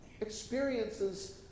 experiences